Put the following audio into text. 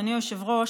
אדוני היושב-ראש,